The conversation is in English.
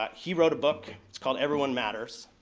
um he wrote a book, it's called everyone matters.